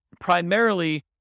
primarily